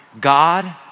God